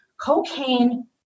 Cocaine